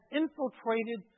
infiltrated